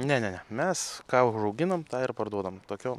ne ne ne mes ką užauginam tą ir parduodam tokiom